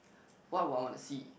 what will I want to see